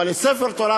אבל ספר תורה,